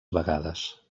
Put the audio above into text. vegades